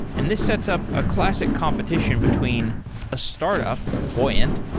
and this sets up a classic competition between a startup, buoyant,